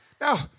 Now